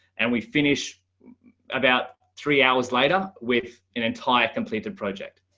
and we finish about three hours later with an entire completed project.